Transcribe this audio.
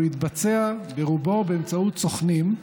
והוא התבצע ברובו באמצעות סוכנים,